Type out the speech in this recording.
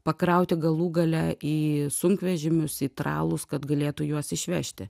pakrauti galų gale į sunkvežimius į tralus kad galėtų juos išvežti